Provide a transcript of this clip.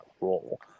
role